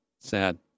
Sad